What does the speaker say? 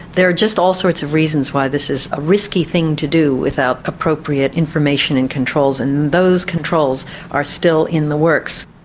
there are just all sorts of reasons why this is a risky thing to do without appropriate information and controls. and those controls are still in the works.